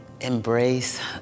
Embrace